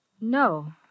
No